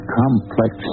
complex